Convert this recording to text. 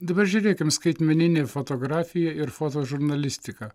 dabar žiūrėkim skaitmeninė fotografija ir fotožurnalistika